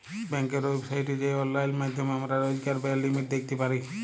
ব্যাংকের ওয়েবসাইটে যাঁয়ে অললাইল মাইধ্যমে আমরা রইজকার ব্যায়ের লিমিট দ্যাইখতে পারি